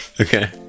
Okay